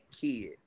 Kid